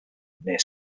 near